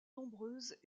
nombreuses